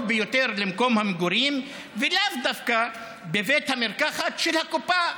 ביותר למקום המגורים ולאו דווקא בבית המרקחת של הקופה,